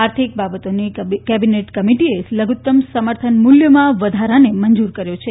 આર્થિક બાબતોની કેબિનેટ કમિટિએ લધુત્તમ સમર્થન મૂલ્યમાં વધારાને મંજૂર કર્યો છે